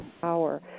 power